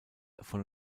von